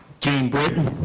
gene britton